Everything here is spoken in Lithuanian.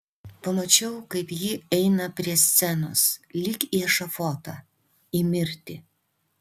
pamačiau kaip ji eina prie scenos lyg į ešafotą į mirtį